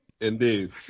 indeed